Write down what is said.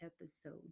episode